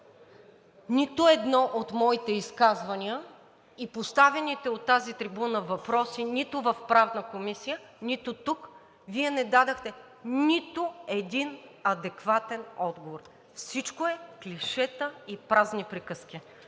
нито едно от моите изказвания и поставените от тази трибуна въпроси – нито в Правната комисия, нито тук, Вие не дадохте нито един адекватен отговор. Всичко е клишета и празни приказки